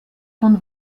von